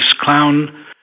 clown